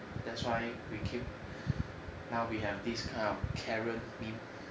that's why we came now we have these kind of karen meme